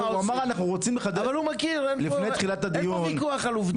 אין פה ויכוח על עובדות.